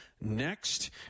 next